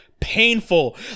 painful